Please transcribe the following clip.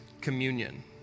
communion